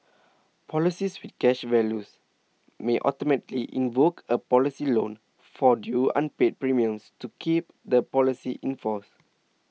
policies with cash values may automatically invoke a policy loan for due unpaid premiums to keep the policy in force